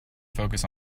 focus